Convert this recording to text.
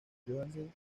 johansen